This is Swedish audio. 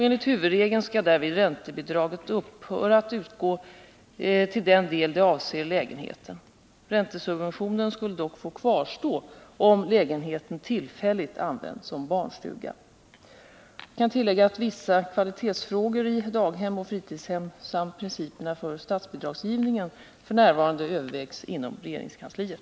Enligt huvudregeln skall därvid räntebidraget upphöra att utgå till den del det avser lägenheten. Räntesubventionen skulle dock få kvarstå om lägenheten tillfälligt används som barnstuga. Jag kan tillägga att vissa kvalitetsfrågor i daghem och fritidshem samt principerna för statsbidragsgivningen f. n. övervägs inom regeringskansliet.